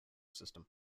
system